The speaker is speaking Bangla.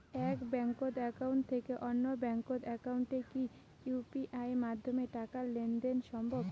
এক ব্যাংক একাউন্ট থেকে অন্য ব্যাংক একাউন্টে কি ইউ.পি.আই মাধ্যমে টাকার লেনদেন দেন সম্ভব?